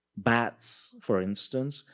bats, for instance,